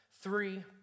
Three